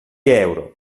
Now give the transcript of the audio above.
euro